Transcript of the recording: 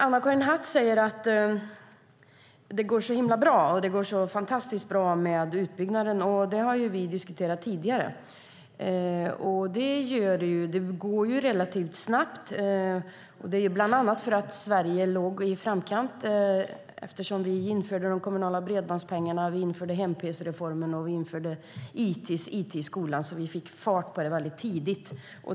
Anna-Karin Hatt säger att det går så fantastiskt bra med utbyggnaden. Det har vi diskuterat tidigare, och det gör det. Det går relativt snabbt. Det beror bland annat på att Sverige låg i framkant eftersom vi införde de kommunala bredbandspengarna, hem-pc-reformen och it i skolan. Därför fick vi fart på det väldigt tidigt.